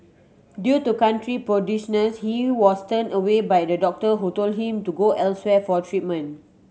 due to country prudishness he was turned away by a doctor who told him to go elsewhere for treatment